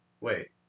wait